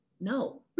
no